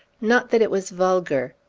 not that it was vulgar.